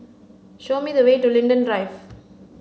show me the way to Linden Drive